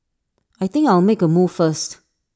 I think I'll make A move first